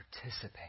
participate